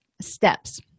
steps